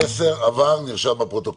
המסר עבר, נרשם בפרוטוקול.